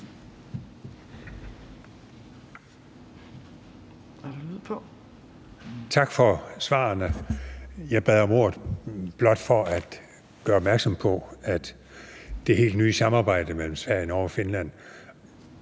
Tak for svarene. Jeg bad om ordet blot for at gøre opmærksom på, at det helt nye samarbejde mellem Sverige, Norge og Finland